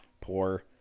poor